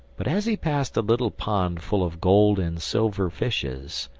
but as he passed a little pond full of gold and silver fishes,